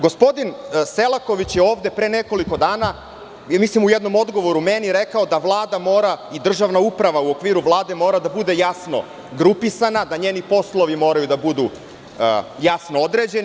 Gospodin Selaković je ovde, pre nekoliko dana, mislim u jednom odgovoru meni rekao, da Vlada mora, i državna uprava u okviru Vlade, mora da bude jasno grupisana, da njeni poslovi moraju da budu jasno određeni.